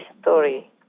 story